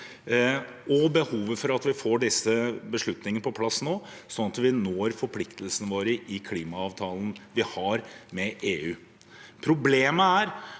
og behovet for at vi får disse beslutningene på plass nå, sånn at vi når forpliktelsene våre i klimaavtalen vi har med EU. Problemet er